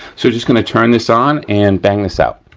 so just gonna turn this on and bang this out.